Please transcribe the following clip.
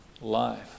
life